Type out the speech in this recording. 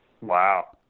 Wow